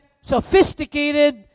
sophisticated